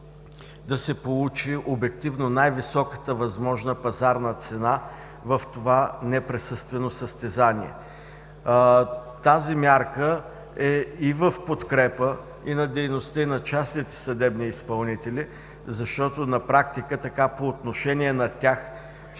да се получи обективно най-високата възможна пазарна цена в това неприсъствено състезание. Тази мярка е и в подкрепа и на дейността, и на частните съдебни изпълнители, защото на практика по отношение на тях